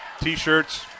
T-shirts